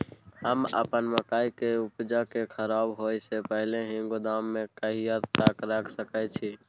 हम अपन मकई के उपजा के खराब होय से पहिले ही गोदाम में कहिया तक रख सके छी?